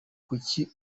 kuki